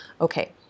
Okay